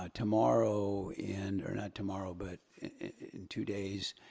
ah tomorrow and, or not tomorrow, but in two days,